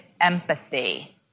empathy